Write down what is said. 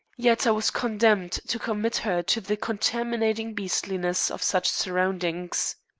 yet i was condemned to commit her to the contaminating beastliness of such surroundings.